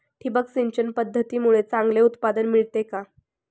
ठिबक सिंचन पद्धतीमुळे चांगले उत्पादन मिळते का?